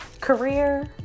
career